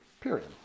Period